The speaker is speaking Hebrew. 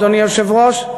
אדוני היושב-ראש.